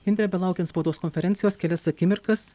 indre belaukiant spaudos konferencijos kelias akimirkas